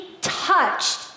touched